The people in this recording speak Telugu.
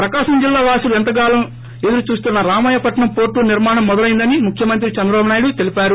ప్రకాశం జిల్లా వాసులు ఎంతకాలంగానో ఎదురు చూస్తున్న రామాయం పట్సం పోర్టు నిర్మాణం మొదలైందని ముఖ్యమంత్రి చంద్రబాబు నాయుడు తెలిపారు